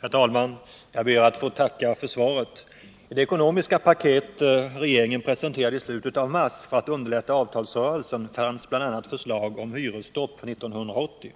Herr talman! Jag ber att få tacka för svaret. I det ekonomiska paket regeringen presenterade i slutet av mars för att underlätta avtalsrörelsen fanns bl.a. förslag om hyresstopp för 1980.